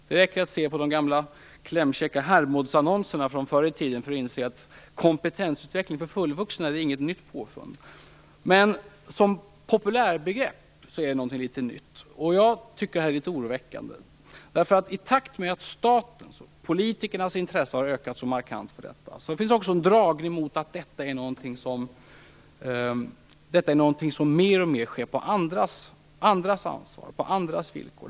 Det räcker med att se på de gamla klämkäcka Hermodsannonserna från förr i tiden för att inse att kompetensutveckling för fullvuxna inte är något nytt påfund. Men som popoulärbegrepp är det någonting nytt, och jag finner detta oroväckande. I takt med att statens och politikernas intresse för detta har ökat markant finns också en dragning mot att utbildning är något som alltmer sker på andras ansvar och villkor.